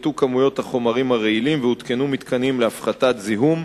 הופחתו כמויות החומרים הרעילים והותקנו מתקנים להפחתת זיהום.